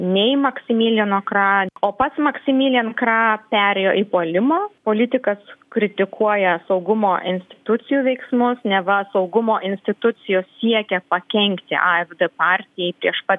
nei maksimiliano kra o pats maksimilian kra perėjo į puolimą politikas kritikuoja saugumo institucijų veiksmus neva saugumo institucijos siekia pakenkti afd partijai prieš pat